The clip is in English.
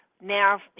Now